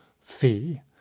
fee